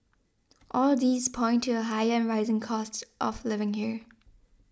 all these point to a higher rising cost of living here